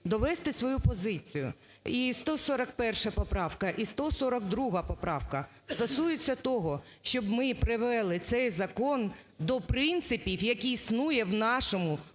довести свою позицію. І 141 поправка, і 142 поправка стосуються того, щоб ми привели цей закон до принципів, який існує в нашій,